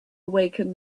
awaken